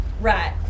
Right